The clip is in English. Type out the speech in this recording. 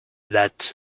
that